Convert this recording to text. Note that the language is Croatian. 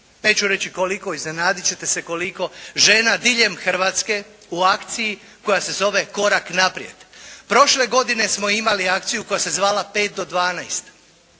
neću reći koliko, iznenadit ćete se koliko žena diljem Hrvatske u akciji koja se zove "Korak naprijed". Prošle godine smo imali akciju koja se zvala "Pet do